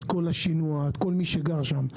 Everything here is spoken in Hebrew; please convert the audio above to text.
את כל השינוע ואת כל מי שגר שם.